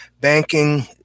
Banking